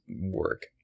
work